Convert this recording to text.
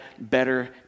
Better